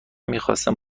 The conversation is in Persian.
میخواستم